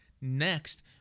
Next